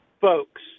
folks